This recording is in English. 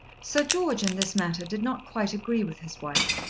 sir george, in this matter, did not quite agree with his wife.